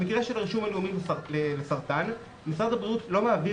במקרה של רישום לאומי לסרטן משרד הבריאות לא מעביר